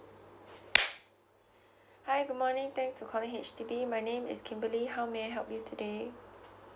hi good morning thanks for calling H_D_B my name is kimberly how may I help you today